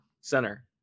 center